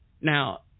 Now